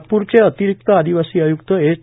नागपूरचे अतिरिक्त आदिवासी आय्क्त एच